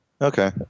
Okay